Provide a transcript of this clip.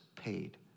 paid